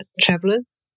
travelers